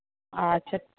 আচ্ছা